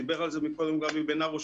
דיבר על זה קודם גבי בן הרוש,